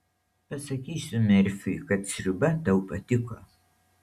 pasakysiu merfiui kad sriuba tau patiko